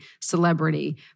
celebrity